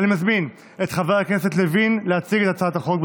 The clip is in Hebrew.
אני מזמין את חבר הכנסת לוין להציג את הצעת החוק,